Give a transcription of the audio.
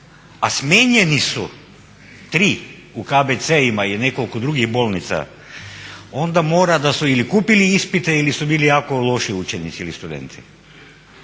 a smijenjeni su tri u KBC-ima i nekoliko drugih bolnica, onda mora da su ili kupili ispite, ili su bili jako loši učenici ili studenti.